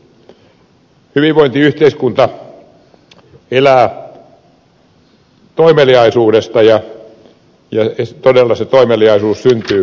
hyvinvointiyhteiskunta elää toimeliaisuudesta ja todella se toimeliaisuus syntyy kilpailukyvystä